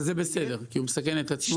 ואז זה בסדר, כי הוא מסכן את עצמו.